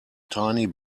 tiny